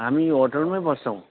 हामी होटेलमा बस्छौँ